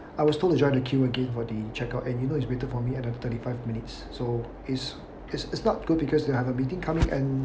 I was told to join the queue again for the checkout and you know it's waited for me at the thirty five minutes so is is is not good because I have a meeting coming and